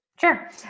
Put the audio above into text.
Sure